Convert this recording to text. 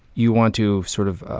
you want to sort of,